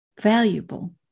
valuable